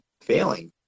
failing